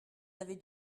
avez